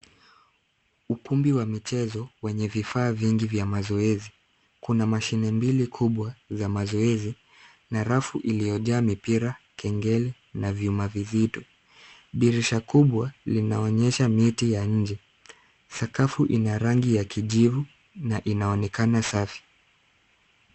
Ukumbi wa michezo wenye vifaa vingi vya mazoezi. Kuna mashine mbili kubwa vya mazoezi na rafu iliojaa mipira, kengele na vyuma vizito. Dirisha kubwa linaonyesha miti ya nje. Sakafu inarangi ya kijivu na inaonekana safi.